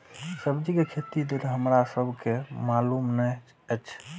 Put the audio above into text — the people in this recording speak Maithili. सब्जी के खेती लेल हमरा सब के मालुम न एछ?